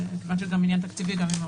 ומכיוון שזה גם עניין תקציבי גם עם האוצר.